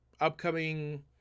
upcoming